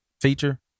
Feature